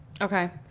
Okay